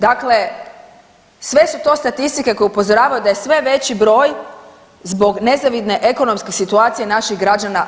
Dakle, sve su to statistike koje upozoravaju da je sve veći broj zbog nezavidne ekonomske situacije naših građana